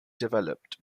developed